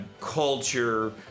culture